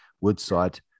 Woodside